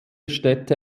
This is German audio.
städte